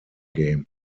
game